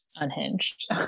unhinged